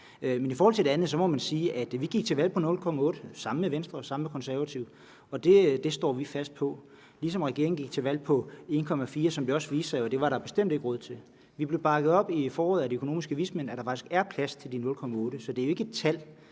Men i forhold til det andet må man sige, at vi gik til valg på 0,8 pct. sammen med Venstre og De Konservative – og det står vi fast på – ligesom regeringen gik til valg på de 1,4 pct., som det jo også viste sig at der bestemt ikke var råd til. Vi blev bakket op i foråret af de økonomiske vismænd, som sagde, at der faktisk er plads til de 0,8 pct. Så det er jo ikke et tal,